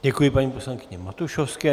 Děkuji paní poslankyni Matušovské.